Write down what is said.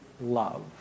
love